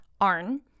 Arn